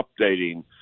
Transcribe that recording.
updating